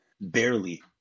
barely